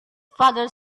father